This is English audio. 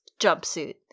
jumpsuit